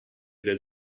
del